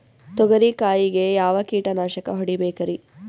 ತೊಗರಿ ಕಾಯಿಗೆ ಯಾವ ಕೀಟನಾಶಕ ಹೊಡಿಬೇಕರಿ?